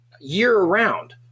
year-round